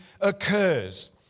occurs